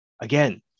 Again